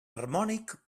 harmònic